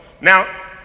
Now